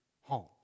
home